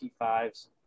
T5s